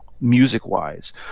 Music-wise